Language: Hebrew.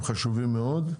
הם חשובים מאוד,